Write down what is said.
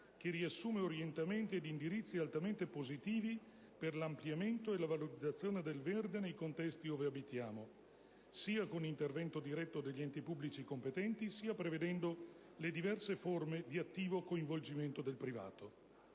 che riassume orientamenti ed indirizzi altamente positivi per l'ampliamento e la valorizzazione del verde nei contesti ove abitiamo, sia con intervento diretto degli enti pubblici competenti, sia prevedendo le diverse forme di attivo coinvolgimento del privato.